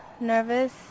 nervous